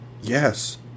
Yes